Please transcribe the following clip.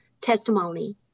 testimony